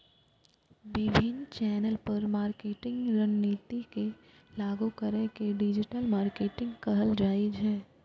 विभिन्न चैनल पर मार्केटिंग रणनीति के लागू करै के डिजिटल मार्केटिंग कहल जाइ छै